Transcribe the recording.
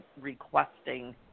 requesting